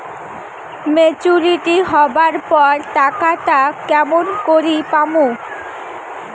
Maturity হবার পর টাকাটা কেমন করি পামু?